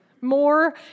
more